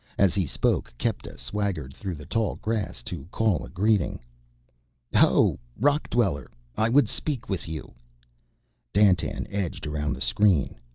as he spoke kepta swaggered through the tall grass to call a greeting ho, rock dweller, i would speak with you dandtan edged around the screen,